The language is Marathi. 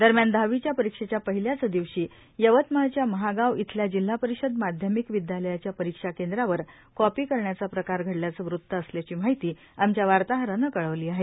दरम्यान दहावीच्या परीक्षेच्या पहिल्याच दिवशी यवतमाळच्या महागाव इथल्या जिल्हा परिषद माध्यमिक विद्यालयाच्या परीक्षा केंद्रावर कॉपी करण्याचा प्रकार घडल्याचं वृत्त असल्याची माहिती आमच्या वार्ताहरानं कळवली आहे